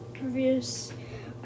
reviews